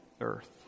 Earth